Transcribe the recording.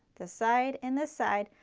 this side and this side,